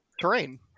terrain